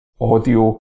audio